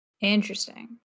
Interesting